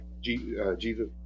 Jesus